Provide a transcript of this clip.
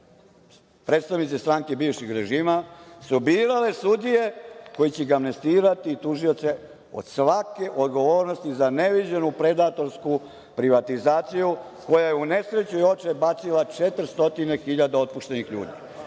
predstavnici stranke bivšeg režima su birali sudije koji će amnestirati tužioce od svake odgovornosti za neviđenu predatorsku privatizaciju koja je u nesreću i očaj bacila 400 hiljada otpuštenih ljudi.